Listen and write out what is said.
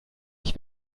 ich